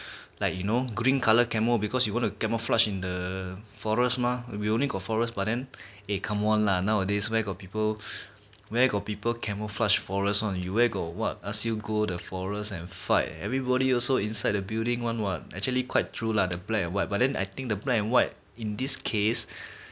like you know green colour camo because you want to camouflage in the forest mah we only got forest but then eh come on lah nowadays where got people where got people camouflage forest one you where got what ask you go the forests and fight everybody also inside the building one what actually quite true lah the black and white but then I think the black and white in this case